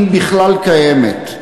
אם בכלל קיימת.